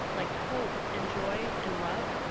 like hope and joy and love,